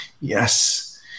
Yes